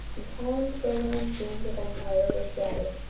the hohenzollern dreams of empire were shattered.